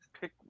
pick